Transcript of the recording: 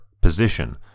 position